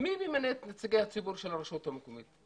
מי ממנה את נציגי הציבור של הרשויות המקומיות?